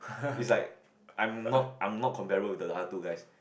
it's like I'm not I'm not comparable the other two guys